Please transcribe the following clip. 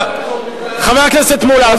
חבר הכנסת מולה.